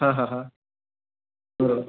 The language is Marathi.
हां हां हां बरोबर